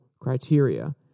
criteria